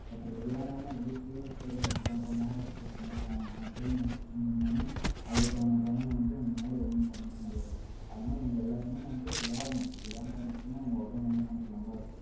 அப்படி விளையாடாமல் வீட்லேயே சரி கொஞ்சம் நேரம் இருக்குது தூங்கலாம் அப்படினு நினச்சுட்டு இருந்திங்கனாலும் அதுக்கான பலன் வந்து உங்களால ஒன்றும் பண்ணிக்க முடியாது அதனால நீங்கள் எல்லாரும் வந்து விளையாடனும் விளையாண்டால் மட்டும் தான் உங்கள் உடம்பு வந்து கொஞ்சம் நல்லா இருக்கும்